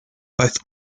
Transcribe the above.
both